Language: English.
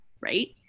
right